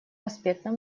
аспектов